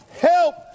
help